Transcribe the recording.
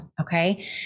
Okay